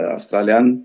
Australian